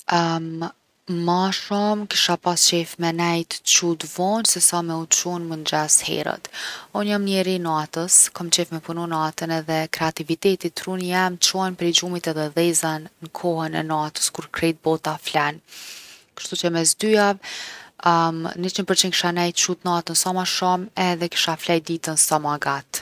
ma shumë kisha pas qef me nejt qut vonë se sa me u qu n’mengjes herët. Unë jom njeri i natës, kom qef me punu natën edhe kreativiteti, truni jem, qohen prej gjumit edhe dhezen n’kohën e natës kur krejt bota flen. Kshtuqe mes dyjave, 100% kisha nejt qut natën sa ma shumë edhe kisha flejt ditën sa ma gatë.